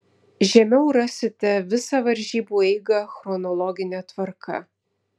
žemiau rasite visą varžybų eigą chronologine tvarka